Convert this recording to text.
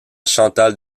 chantal